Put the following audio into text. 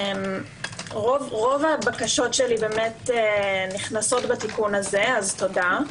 רוב הבקשות שלי באמת נכנסות בתיקון הזה, אז תודה.